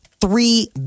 three